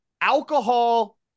alcohol